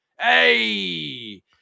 Hey